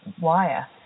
wire